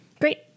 Great